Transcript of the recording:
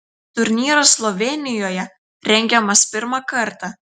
turnyras slovėnijoje rengiamas pirmą kartą